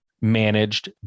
managed